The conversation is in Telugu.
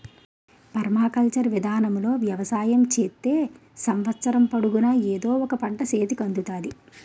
పర్మాకల్చర్ విధానములో వ్యవసాయం చేత్తే సంవత్సరము పొడుగునా ఎదో ఒక పంట సేతికి అందుతాది